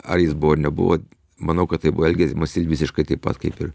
ar jis buvo ar nebuvo manau kad tai buvo elgiamasi visiškai taip pat kaip ir